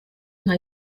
nka